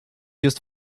just